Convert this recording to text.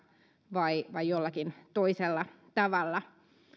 vai vai jollakin toisella tavalla